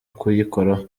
kuyikoraho